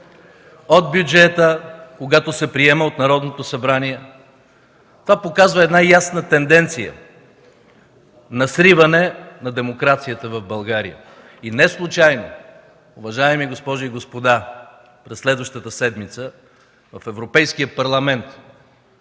от бюджета, когато се приема от Народното събрание. Това показва ясна тенденция – на сриване на демокрацията в България. Неслучайно, уважаеми госпожи и господа, през следващата седмица в Европейския парламент